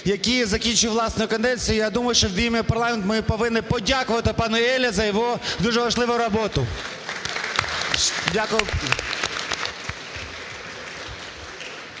який закінчив власну каденцію. Я думаю, що ми як парламент повинні подякувати пану Еліаву за його дуже важливу роботу. Дякую.